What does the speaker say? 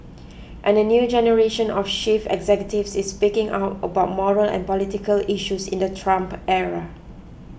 and a new generation of chief executives is speaking out about moral and political issues in the Trump era